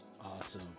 Awesome